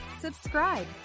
subscribe